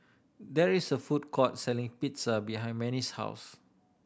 there is a food court selling Pizza behind Manie's house